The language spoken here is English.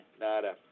nada